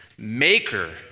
maker